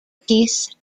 peace